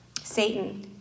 Satan